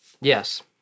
Yes